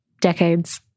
decades